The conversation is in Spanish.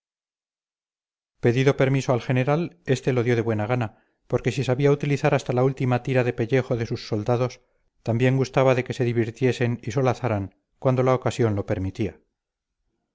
pedido permiso al general este lo dio de buena gana porque si sabía utilizar hasta la última tira de pellejo de sus soldados también gustaba de que se divirtiesen y solazaran cuando la ocasión lo permitía